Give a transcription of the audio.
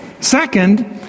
Second